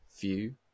view